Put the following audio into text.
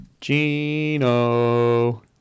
Gino